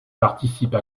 participe